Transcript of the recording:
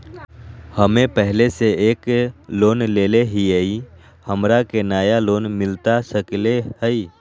हमे पहले से एक लोन लेले हियई, हमरा के नया लोन मिलता सकले हई?